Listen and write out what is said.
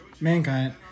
Mankind